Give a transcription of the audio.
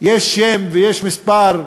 יש שם, ויש מספר,